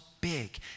big